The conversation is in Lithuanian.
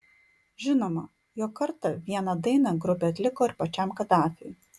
žinoma jog kartą vieną dainą grupė atliko ir pačiam kadafiui